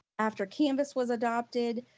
after canvas was adopted,